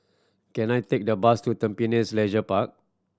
can I take the bus to Tampines Leisure Park